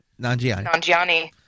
Nanjiani